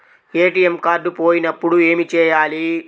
ATM card పోయినప్పుడు ఏమి చేయాలి?